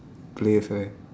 players right